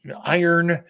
iron